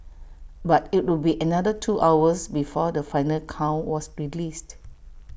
but IT would be another two hours before the final count was released